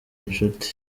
inshuti